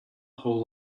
whole